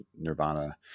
nirvana